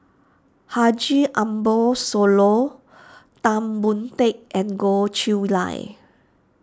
Haji Ambo Sooloh Tan Boon Teik and Goh Chiew Lye